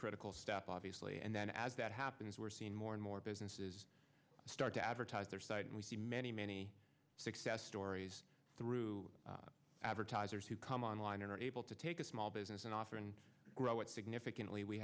critical step obviously and then as that happens we're seeing more and more businesses start to advertise their site and we see many many success stories through advertisers who come online and are able to take a small business and often grow it significantly we